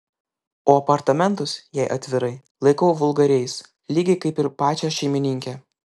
o apartamentus jei atvirai laikau vulgariais lygiai kaip ir pačią šeimininkę